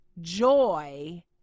joy